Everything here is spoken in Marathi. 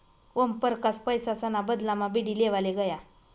ओमपरकास पैसासना बदलामा बीडी लेवाले गया